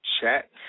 chat